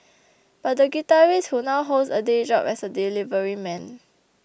but the guitarist who now holds a day job as a delivery man